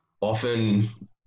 often